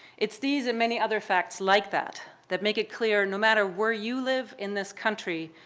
it's these and many other facts like that that make it clear no matter where you live in this country,